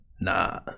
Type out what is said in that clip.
Nah